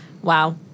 Wow